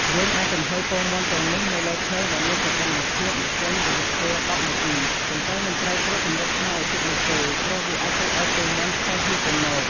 យើងអាចចំហុយពងមាន់ទាំងនោះលើភ្លើងដែលមានសីតុណ្ហភាពមធ្យមរយៈពេល១០នាទី ប៉ុន្តែមិនត្រូវគ្របគម្របឆ្នាំងឲ្យជិតនោះទេ ព្រោះវាអាចធ្វើឲ្យពងមាន់ផុលហៀរចេញមក។